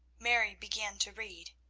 mary began to read.